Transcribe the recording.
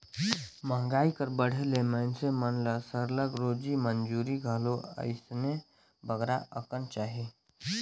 मंहगाई कर बढ़े ले मइनसे मन ल सरलग रोजी मंजूरी घलो अइसने बगरा अकन चाही